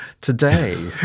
today